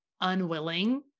unwilling